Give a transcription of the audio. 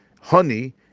honey